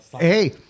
Hey